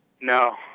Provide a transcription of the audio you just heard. No